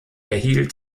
erhielt